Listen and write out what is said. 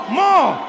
more